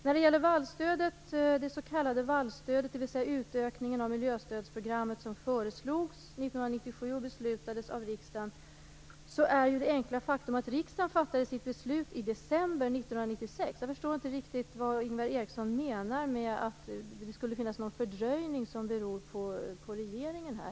När det gäller det s.k. vallstödet, dvs. utökningen av miljöstödsprogrammet, som föreslogs och beslutades av riksdagen, är det ett enkelt faktum att riksdagen fattade sitt beslut i december 1996. Jag förstår inte riktigt om Ingvar Eriksson menar att det skulle finnas någon fördröjning som beror på regeringen.